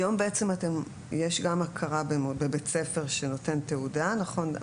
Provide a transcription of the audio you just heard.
היום יש גם הכרה בבית ספר שנותן תעודה, נכון?